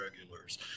regulars